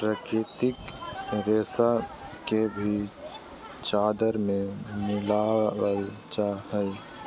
प्राकृतिक रेशा के भी चादर में मिलाबल जा हइ